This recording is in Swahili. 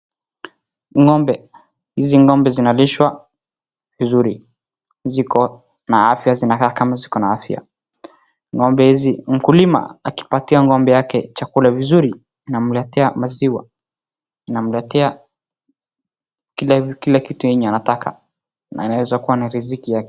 Ng'ombe. Hizi ng'ombe zinalishwa vizuri. Ziko na afya, zinakaa kama ziko na afya. Ng'ombe hizi, mkulima akipatia ng'ombe yake chakula vizuri, inamletea maziwa, inamletea kila kitu yenye anataka na inaweza kuwa ni riziki yake.